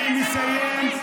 אני מסיים.